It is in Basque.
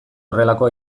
horrelako